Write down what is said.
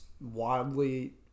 wildly